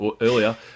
earlier